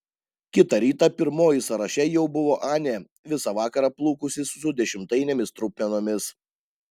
kitą rytą pirmoji sąraše jau buvo anė visą vakarą plūkusis su dešimtainėmis trupmenomis